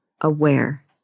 aware